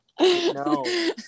no